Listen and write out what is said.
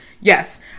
Yes